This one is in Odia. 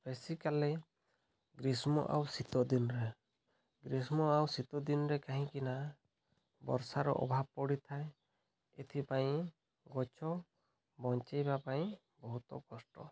ବେଶିକାଲି ଗ୍ରୀଷ୍ମ ଆଉ ଶୀତ ଦିନରେ ଗ୍ରୀଷ୍ମ ଆଉ ଶୀତ ଦିନରେ କାହିଁକି ନା ବର୍ଷାର ଅଭାବ ପଡ଼ିଥାଏ ଏଥିପାଇଁ ଗଛ ବଞ୍ଚାଇବା ପାଇଁ ବହୁତ କଷ୍ଟ